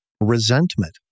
resentment